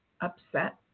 upset